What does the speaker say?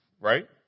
right